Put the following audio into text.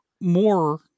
more